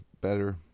better